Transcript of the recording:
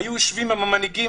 היו יושבים עם המנהיגים,